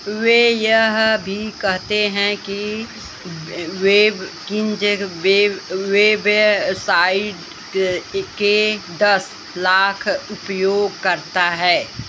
वे यह भी कहते हैं कि वेबकिंज़ वेब वेब वेबसाइट के दस लाख उपयोगकर्ता हैं